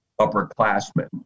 upperclassmen